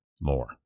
more